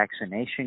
vaccination